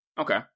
Okay